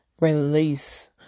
release